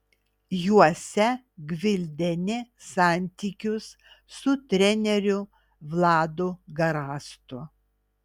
juose gvildeni santykius su treneriu vladu garastu